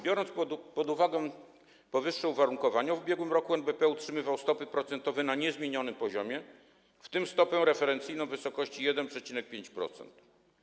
Biorąc pod uwagę powyższe uwarunkowania, w ubiegłym roku NBP utrzymywał stopy procentowe na niezmienionym poziomie, w tym stopę referencyjną w wysokości 1,5%.